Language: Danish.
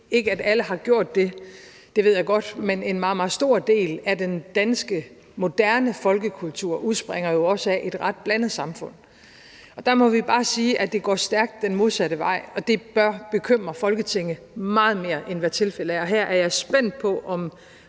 ikke alle, der har gjort det, det ved jeg godt, men en meget, meget stor del af den danske moderne folkekultur udspringer jo også af et ret blandet samfund. Der må vi bare sige, at det går stærkt den modsatte vej, og det bør bekymre Folketinget meget mere, end hvad tilfældet er. Her er jeg spændt på, om